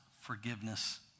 forgiveness